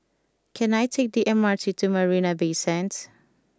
can I take the M R T to Marina Bay Sands